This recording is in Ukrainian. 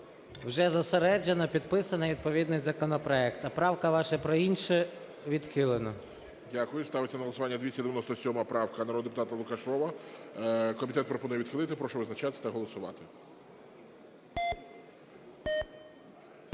Вже зосереджено, підписаний відповідний законопроект. А правка ваша про інше, відхилена. ГОЛОВУЮЧИЙ. Дякую. Ставиться на голосування 297 правка народного депутата Лукашева. Комітет пропонує відхилити. Прошу визначатись та голосувати.